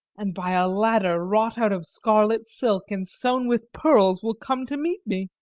and by a ladder wrought out of scarlet silk and sewn with pearls will come to meet me.